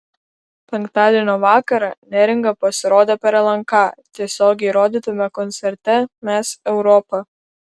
penktadienio vakarą neringa pasirodė per lnk tiesiogiai rodytame koncerte mes europa